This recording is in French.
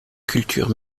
culture